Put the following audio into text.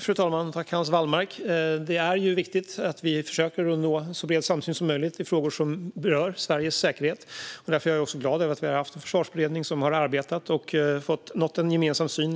Fru talman! Det är viktigt att vi försöker nå så bred samsyn som möjligt i frågor som berör Sveriges säkerhet. Därför är jag glad över att vi haft en försvarsberedning som arbetat för och nått